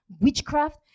witchcraft